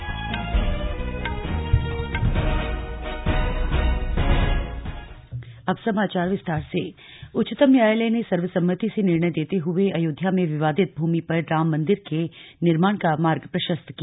राम मन्दिर फैसला उच्चतम न्यायालय ने सर्वसम्मति से निर्णय देते हुए अयोध्या में विवादित भूमि पर राम मंदिर के निर्माण का मार्ग प्रशस्त किया